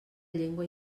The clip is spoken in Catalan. llengua